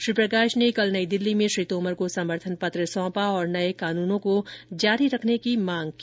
श्री प्रकाश ने कल नई दिल्ली में श्री तोमर को समर्थन पत्र सौंपा और नये कानूनों को जारी रखने की मांग की